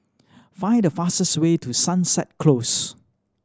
find the fastest way to Sunset Close